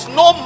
no